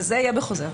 זה יהיה בחוזר.